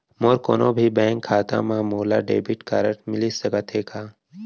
मोर कोनो भी बैंक खाता मा मोला डेबिट कारड मिलिस सकत हे का?